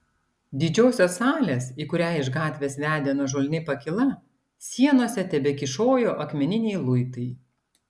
didžiosios salės į kurią iš gatvės vedė nuožulni pakyla sienose tebekyšojo akmeniniai luitai